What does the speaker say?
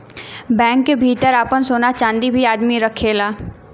bank क भितर आपन सोना चांदी भी आदमी रखेला